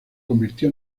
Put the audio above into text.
convirtió